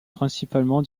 principalement